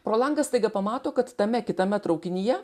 pro langą staiga pamato kad tame kitame traukinyje